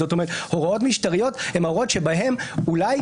זאת אומרת, הוראות משטריות הן הוראות בהן אולי